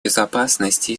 безопасности